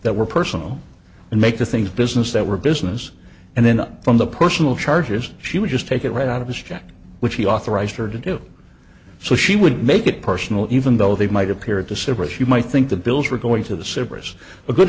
that were personal and make the things business that were business and then from the personal charges she would just take it right out of his jet which he authorized her to do so she would make it personal even though they might appear at the super she might think the bills were going to the